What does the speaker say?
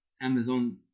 Amazon